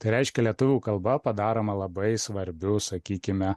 tai reiškia lietuvių kalba padaroma labai svarbiu sakykime